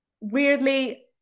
weirdly